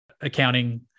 accounting